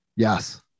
yes